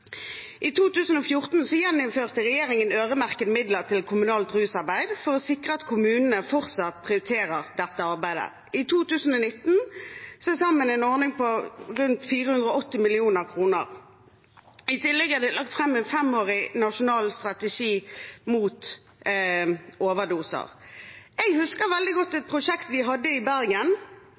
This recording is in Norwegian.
I 2014 gjeninnførte regjeringen øremerkede midler til kommunalt rusarbeid for å sikre at kommunene fortsatt prioriterer dette arbeidet – til sammen en ordning på rundt 480 mill. kr i 2019. I tillegg er det lagt fram en femårig nasjonal strategi mot overdoser. Jeg husker veldig godt et prosjekt vi hadde i Bergen,